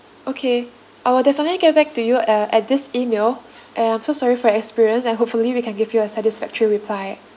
okay I will definitely get back to you uh at this email and I'm so sorry for your experience and hopefully we can give you a satisfactory reply